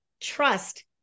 trust